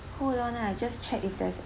hold on ah I'll just check if there's